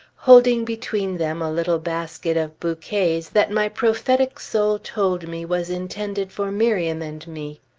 holding between them a little basket of bouquets that my prophetic soul told me was intended for miriam and me.